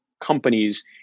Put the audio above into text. companies